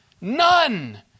none